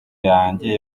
yanjye